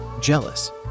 Jealous